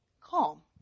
calm